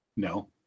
No